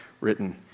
written